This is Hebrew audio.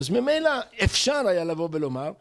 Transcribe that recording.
אז ממנה אפשר היה לבוא ולומר.